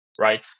Right